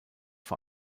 vor